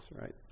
right